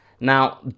Now